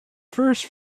first